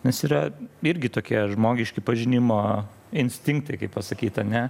nes yra irgi tokie žmogiški pažinimo instinktai kaip pasakyt ane